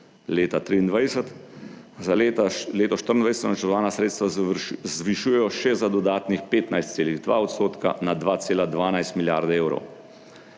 leta 2023. Za leto 2024 se načrtovana sredstva zvišujejo še za dodatnih 15,2 % na 2,12 milijarde evrov.